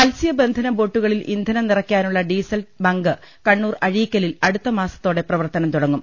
മത്സ്യബന്ധന ബോട്ടുകളിൽ ഇന്ധനം നിറയ്ക്കാനുള്ള ഡീസൽബങ്ക് കണ്ണൂർ അഴീക്കലിൽ അടുത്ത മാസത്തോടെ പ്രവർത്തനം തുടങ്ങും